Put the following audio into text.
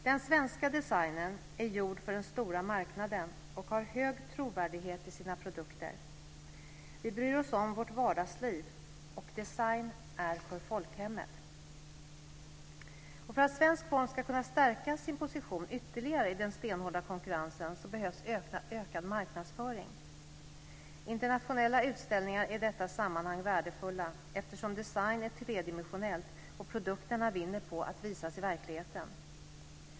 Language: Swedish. Den svenska designen är gjord för den stora marknaden och har hög trovärdighet i sina produkter. Vi bryr oss om vårt vardagsliv, och design är till för folkhemmet. För att svensk form och design ska kunna stärka sin position ytterligare i den stenhårda konkurrensen behövs ökad marknadsföring. Internationella utställningar är i detta sammanhang värdefulla eftersom design är tredimensionellt och produkterna vinner på att visas i verkligheten.